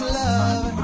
love